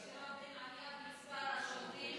ישנה עלייה במספר השוטרים